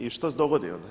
I što se dogodi onda?